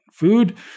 food